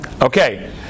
Okay